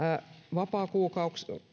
vapaakuukausien